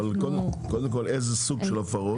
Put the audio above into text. קודם כל איזה סוג של הפרות.